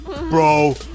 Bro